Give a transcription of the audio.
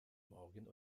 morgen